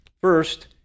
First